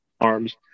arms